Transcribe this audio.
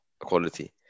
equality